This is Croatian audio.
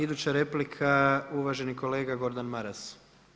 Iduća replika uvaženi kolega Gordan Maras.